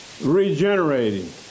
regenerating